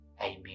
Amen